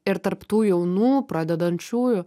ir tarp tų jaunų pradedančiųjų